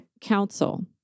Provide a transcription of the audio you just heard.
council